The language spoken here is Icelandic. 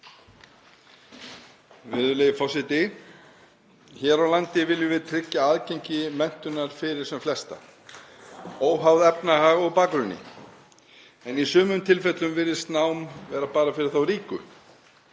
Virðulegi forseti. Hér á landi viljum við tryggja aðgengi menntunar fyrir sem flesta, óháð efnahag og bakgrunni. En í sumum tilfellum virðist nám vera bara fyrir þá ríku.